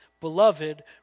beloved